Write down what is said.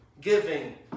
giving